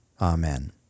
Amen